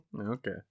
Okay